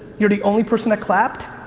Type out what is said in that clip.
you're the only person that clapped,